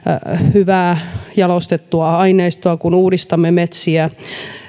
hyvää jalostettua aineistoa kun uudistamme metsiä